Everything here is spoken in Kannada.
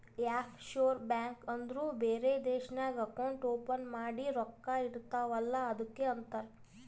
ಆಫ್ ಶೋರ್ ಬ್ಯಾಂಕ್ ಅಂದುರ್ ಬೇರೆ ದೇಶ್ನಾಗ್ ಅಕೌಂಟ್ ಓಪನ್ ಮಾಡಿ ರೊಕ್ಕಾ ಇಡ್ತಿವ್ ಅಲ್ಲ ಅದ್ದುಕ್ ಅಂತಾರ್